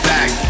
Back